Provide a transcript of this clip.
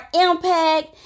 impact